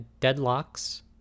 deadlocks